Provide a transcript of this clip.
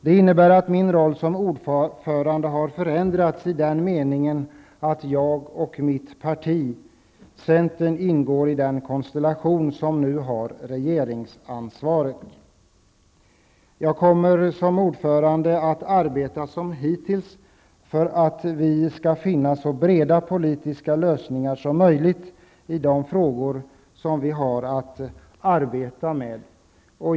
Det innebär att min roll som ordförande har förändrats i den meningen att jag och mitt parti, centern, ingår i den konstellation som nu har regeringsansvaret. Som ordförande kommer jag, som hittills har varit fallet, att arbeta för att vi skall kunna finna så breda politiska lösningar som möjligt i de frågor som vi har att syssla med.